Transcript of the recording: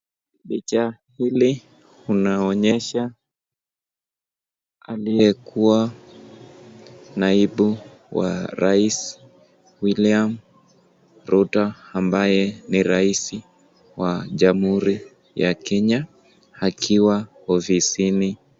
Picha hili unaonyesha aliyekuwa naibu wa rais William Ruto ambaye ni raisi wa jamhuri ya Kenya akiwa ofisini.